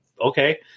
okay